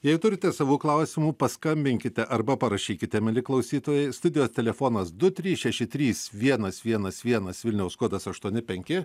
jei turite savų klausimų paskambinkite arba parašykite mieli klausytojai studijos telefonas du trys šeši trys vienas vienas vienas vilniaus kodas aštuoni penki